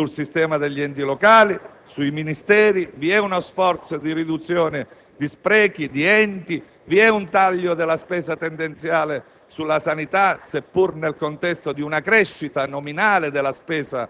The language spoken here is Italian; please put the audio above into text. ragionate e concertate sul sistema degli enti locali, sui Ministeri; vi è uno sforzo di riduzione di sprechi, di enti e vi è un taglio della spesa tendenziale sulla sanità, seppur nel contesto di una crescita nominale della spesa